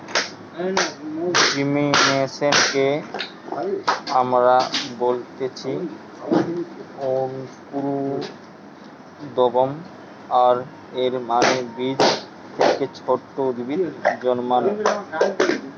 জার্মিনেশনকে আমরা বলতেছি অঙ্কুরোদ্গম, আর এর মানে বীজ থেকে ছোট উদ্ভিদ জন্মানো